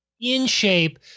in-shape